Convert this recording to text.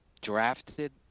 drafted